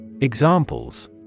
Examples